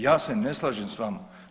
Ja se ne slažem s vama.